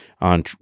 on